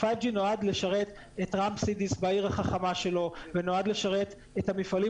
נועד לשרת את רם סידיס בעיר החכמה שלו ונועד לשרת את המפעלים